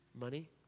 Money